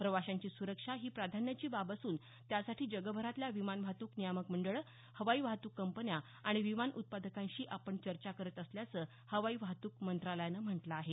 प्रवाशांची सुरक्षा ही प्राधान्याची बाब असून त्यासाठी जगभरातल्या विमान वाहतुक नियामक मंडळं हवाई वाहतूक कंपन्या आणि विमान उत्पादकांशी आपण चर्चा करत असल्याचं हवाई वाहतूक मंत्रालयानं म्हटलं आहे